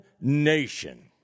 nation